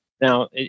Now